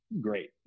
great